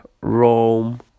Rome